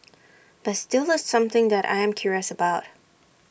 but still the something that I am curious about